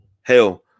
hell